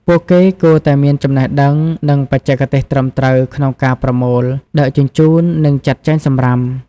ពួកគេគួរតែមានចំណេះដឹង និងបច្ចេកទេសត្រឹមត្រូវក្នុងការប្រមូល ដឹកជញ្ជូន និងចាត់ចែងសំរាម។